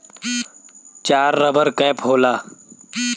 चार rubber cap होला